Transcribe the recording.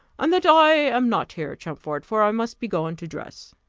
and that i am not here, champfort for i must be gone to dress.